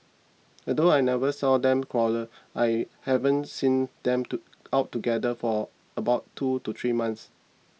although I never saw them quarrel I haven't seen them to out together for about two to three months